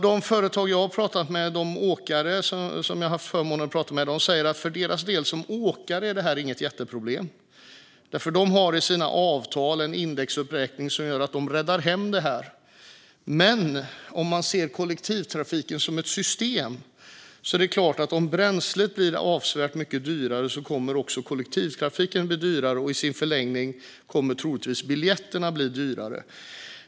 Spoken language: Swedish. De åkare som jag har haft förmånen att prata med säger att detta inte är något jätteproblem för deras del. De har i sina avtal en indexuppräkning som gör att de räddar hem detta. Men om man ser kollektivtrafiken som ett system är det klart att om bränslet blir avsevärt dyrare kommer också kollektivtrafiken att bli dyrare, och i förlängningen kommer biljetterna troligtvis att bli dyrare.